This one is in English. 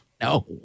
No